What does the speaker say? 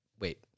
Wait